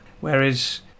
Whereas